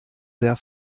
sehr